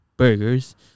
Burgers